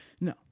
No